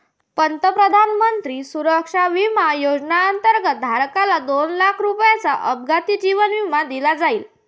प्रधानमंत्री सुरक्षा विमा योजनेअंतर्गत, धारकाला दोन लाख रुपयांचा अपघाती जीवन विमा दिला जाईल